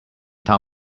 town